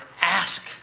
ask